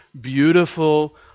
beautiful